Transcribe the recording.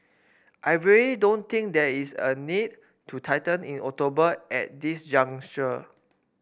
I really don't think there is a need to tighten in October at this juncture